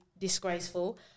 disgraceful